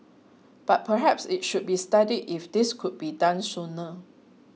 but perhaps it should be studied if this could be done sooner